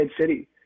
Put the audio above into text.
City